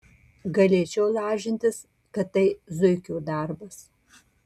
galėčiau lažintis kad tai zuikio darbas